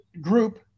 group